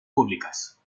públicas